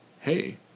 Hey